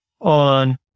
on